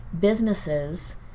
businesses –